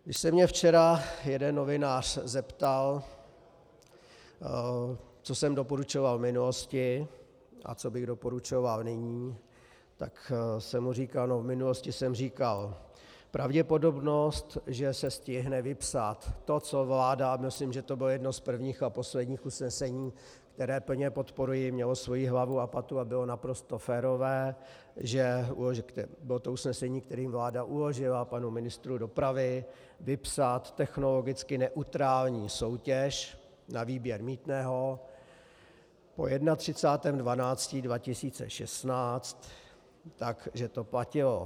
Když se mě včera jeden novinář zeptal, co jsem doporučoval v minulosti a co bych doporučoval nyní, tak jsem říkal: v minulosti jsem říkal, že je pravděpodobné, že se stihne vypsat to, co vláda, a myslím, že to bylo jedno z prvních a posledních usnesení, které plně podporuji, mělo svoji hlavu a patu a bylo naprosto férové, bylo to usnesení, kterým vláda uložila panu ministru dopravy vypsat technologicky neutrální soutěž na výběr mýtného po 31. 12. 2016, že to platilo.